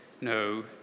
no